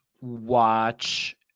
watch